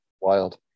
Wild